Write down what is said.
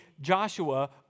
Joshua